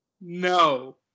no